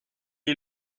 est